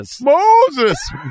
Moses